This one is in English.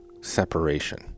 separation